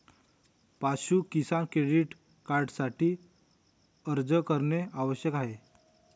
पाशु किसान क्रेडिट कार्डसाठी अर्ज करणे आवश्यक आहे